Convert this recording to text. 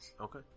Okay